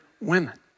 women